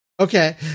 Okay